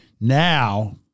Now